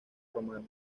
romana